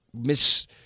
miss